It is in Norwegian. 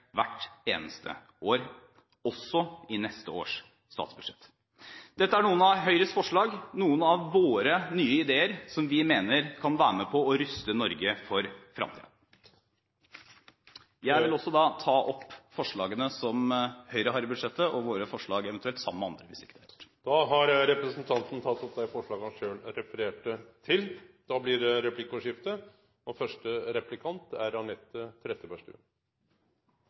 hvert eneste år, også i neste års statsbudsjett. Dette er noen av Høyres forslag, noen av våre nye ideer som vi mener kan være med på å ruste Norge for fremtiden. Jeg vil ta opp forslaget som Høyre har sammen med Kristelig Folkeparti. Representanten Torbjørn Røe Isaksen har teke opp det forslaget han refererte til. Det blir replikkordskifte. Representanten Røe Isaksen nevnte ikke sykelønn med ett ord. Høyre snakker lite om sykelønn om dagen. Det